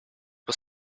was